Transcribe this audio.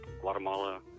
Guatemala